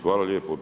Hvala lijepo.